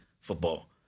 football